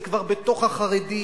זה כבר בתוך החרדים.